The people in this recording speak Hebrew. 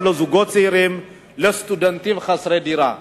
לזוגות צעירים ולסטודנטים חסרי דירה.